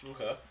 Okay